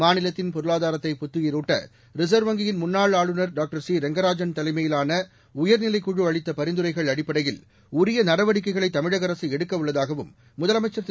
மாநிலத்தின் பொருளாதாரத்தை புத்துயிரூட்ட ரிசர்வ் வங்கியின் முன்னாள் ஆளுநர் டாக்டர் சி ரெங்கராஜன் தலைமையிலான உயர்நிலைக் குழு அளித்த பரிந்துரைகள் அடிப்படையில் உரிய நடவடிக்கைகளை தமிழக அரசு எடுக்கவுள்ளதாகவும் முதலமைச்சர் திரு